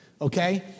okay